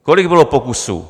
Kolik bylo pokusů?